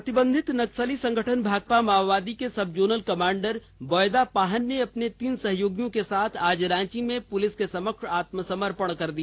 प्रतिबंधित नक्सली संगठन भाकपा माओवादी के सबजोनल कमांडर बॉयदा पाहन ने अपने तीन सहयोगियों के साथ आज रांची में पुलिस के समक्ष आत्मसमर्पण कर दिया